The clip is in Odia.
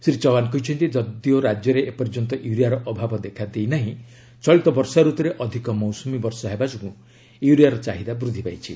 ଶ୍ରୀ ଚୌହାନ୍ କହିଛନ୍ତି ଯଦିଓ ରାଜ୍ୟରେ ଏ ପର୍ଯ୍ୟନ୍ତ ୟୁରିଆର ଅଭାବ ଦେଖା ଦେଇନାହିଁ ଚଳିତ ବର୍ଷା ରତୁରେ ଅଧିକ ମୌସୁମୀ ବର୍ଷା ହେବା ଯୋଗୁଁ ୟୁରିଆର ଚାହିଦା ବୃଦ୍ଧି ପାଇଛି